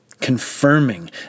confirming